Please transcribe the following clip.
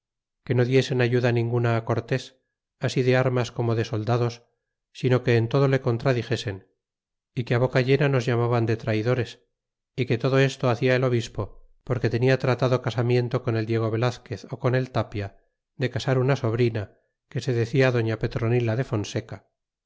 que no diesen ayuda ninguna cortés así de armas como de soldados sino que en todo le contradixesen que boca llena nos llamaban de traidores que todo esto hacia el obispo porque tenia tratado casamiento con el diego velazquez ó con el tapia de casar una sobrina que se decía doña petronila de fonseca